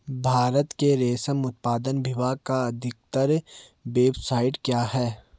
भारत के रेशम उत्पादन विभाग का आधिकारिक वेबसाइट क्या है?